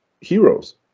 heroes